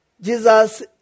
Jesus